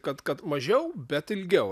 kad kad mažiau bet ilgiau